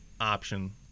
option